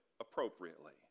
appropriately